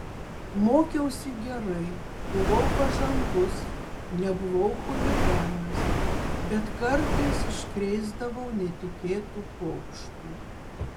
mokiausi gerai buvau pažangus nebuvau chuliganas bet kartais iškrėsdavau netikėtų pokštų